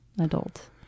adult